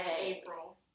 April